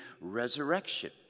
resurrection